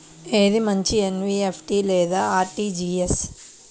ఏది మంచి ఎన్.ఈ.ఎఫ్.టీ లేదా అర్.టీ.జీ.ఎస్?